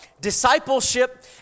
discipleship